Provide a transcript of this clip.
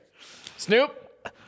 Snoop